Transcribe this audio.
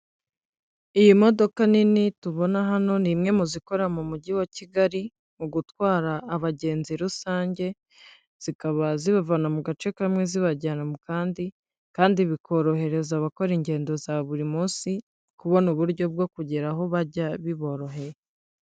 Iyi modoka nini tubona hano ni imwe mu zikora mu mujyi wa Kigali mu gutwara abagenzi rusange, zikaba zibavana mu gace kamwe zibajyana mu kandi, kandi bikorohereza abakora ingendo za buri munsi kubona uburyo bwo kugera aho bajya biboroheye.